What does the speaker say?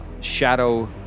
shadow